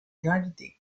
gravité